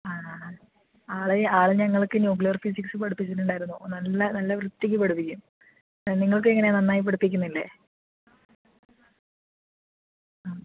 ആ ആ ആൾ ആൾ ഞങ്ങൾക്ക് ന്യൂക്ലിയർ ഫിസിക്സ് പഠിപ്പിച്ചിട്ടുണ്ടായിരുന്നു നല്ല നല്ല വൃത്തിക്ക് പഠിപ്പിക്കും ആ നിങ്ങൾക്ക് എങ്ങനെയാണ് നന്നായി പഠിപ്പിക്കുന്നില്ലേ ആ